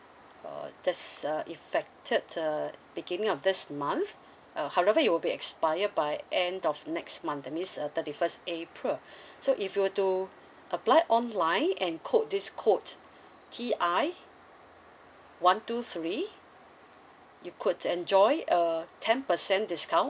uh that's uh effected uh beginning of this month uh however it will be expired by end of next month that means uh thirty first april so if you were to apply online and quote this code T I one two three you could enjoy a ten percent discount